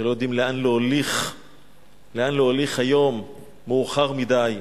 שלא יודעים לאן להוליך היום, מאוחר מדי,